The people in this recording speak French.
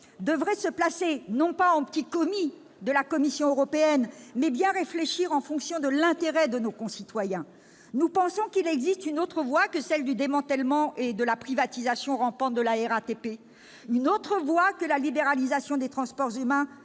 devraient non pas se comporter en petit commis de la Commission européenne, mais faire en sorte de bien réfléchir en fonction de l'intérêt de nos concitoyens. Nous pensons qu'il existe une autre voie à celle du démantèlement et de la privatisation rampante de la RATP, une autre voie que la libéralisation des transports urbains